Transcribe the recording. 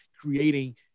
creating